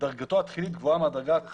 מה זה